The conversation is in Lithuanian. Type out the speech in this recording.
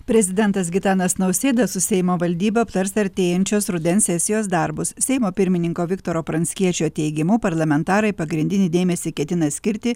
prezidentas gitanas nausėda su seimo valdyba aptars artėjančios rudens sesijos darbus seimo pirmininko viktoro pranckiečio teigimu parlamentarai pagrindinį dėmesį ketina skirti